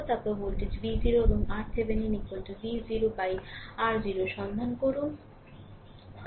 তারপরে voltage v0 এবং RThevenin v 0 R0 সন্ধান করুন